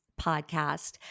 podcast